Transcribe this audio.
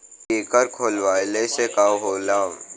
एकर खोलवाइले से का होला?